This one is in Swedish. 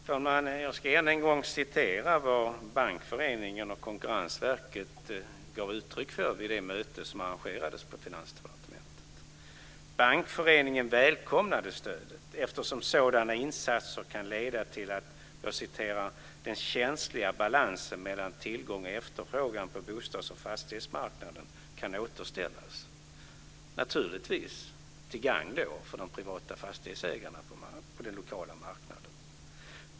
Fru talman! Jag ska än en gång återge vad Bankföreningen och Konkurrensverket gav uttryck för vid det möte som arrangerades på Finansdepartementet. Bankföreningen välkomnade stödet eftersom sådana insatser kan leda till att den känsliga balansen mellan tillgång och efterfrågan på bostads och fastighetsmarknaden kan återställas - naturligtvis till gagn för de privata fastighetsägarna på den lokala marknaden.